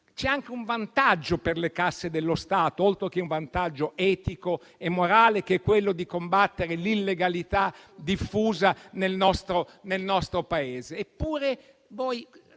anche un vantaggio per le casse dello Stato, oltre ad uno etico e morale, che è quello di combattere l'illegalità diffusa nel nostro Paese. Come